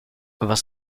was